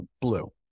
blue